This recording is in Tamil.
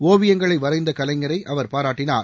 ஒவியங்களை வரைந்த கலைஞரை அவர் பாராட்டினார்